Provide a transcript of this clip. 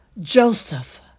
Joseph